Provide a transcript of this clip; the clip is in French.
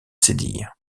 cédille